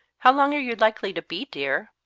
how long are you likely to be, dear?